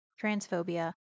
transphobia